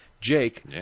Jake